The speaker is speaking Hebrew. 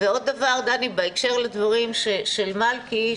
ועוד דבר, דני, בהקשר לדברים של מלכי.